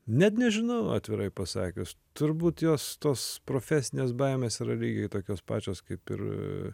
net nežinau atvirai pasakius turbūt jos tos profesinės baimės yra lygiai tokios pačios kaip ir